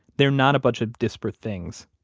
they're not a bunch of disparate things.